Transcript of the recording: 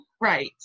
right